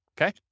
Okay